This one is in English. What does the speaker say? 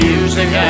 Music